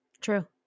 true